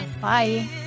Bye